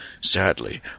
sadly